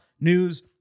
news